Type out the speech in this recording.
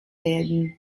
werden